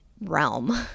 realm